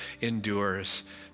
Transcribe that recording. endures